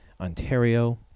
Ontario